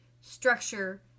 structure